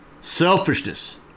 selfishness